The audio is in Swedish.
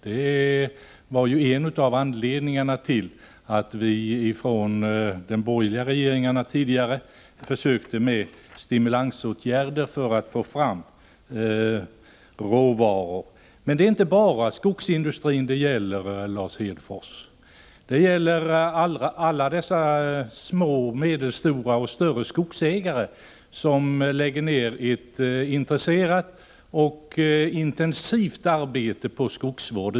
Det var en av anledningarna till att de borgerliga regeringarna tidigare försökte med stimulansåtgärder för att få fram råvara. Men det är inte bara skogsindustrin det gäller, Lars Hedfors. Det gäller alla de små, medelstora och större skogsägare som har ett stort intresse för och lägger ned ett intensivt arbete på skogsvård.